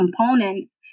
components